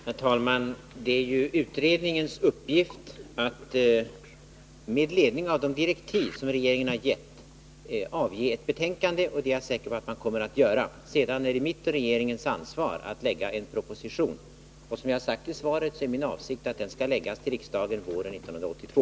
Herr talman! Det är utredningens uppgift att med ledning av de direktiv som regeringen har givit avge ett betänkande, och det är jag säker på att man kommer att göra. Sedan är det mitt och regeringens ansvar att framlägga en proposition. Som jag har sagt i svaret är min avsikt att den skall framläggas för riksdagen våren 1982.